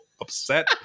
upset